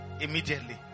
Immediately